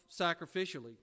sacrificially